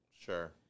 Sure